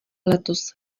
letos